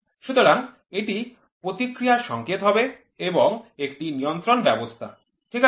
সুতরাং এটি প্রতিক্রিয়া সংকেত হবে এবং এটি একটি নিয়ন্ত্রণ ব্যবস্থা ঠিক আছে